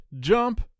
jump